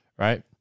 Right